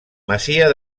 masia